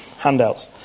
handouts